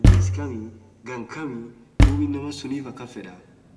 adhes khami ghan khami dhub inaman sunnif akhan fedha